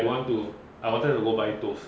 I want to I wanted to go buy toast